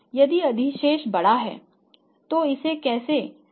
यदि अधिशेष बड़ा है तो इसे कैसे प्रबंधित किया जाना है